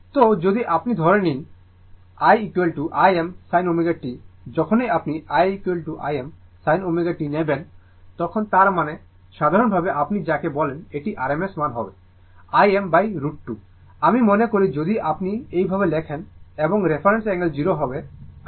তো যদি আপনি ধরে নিন i Im sin t যখনই আপনি i Im sin ω t নেবেন তার মানে সাধারণভাবে আপনি যাকে বলেন এটি rms মান হবে Im √ 2 আমি মনে করি যদি আপনি এইভাবে লেখেন এবং রেফারেন্স অ্যাঙ্গেল 0 হবে কারণ ω t